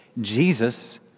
Jesus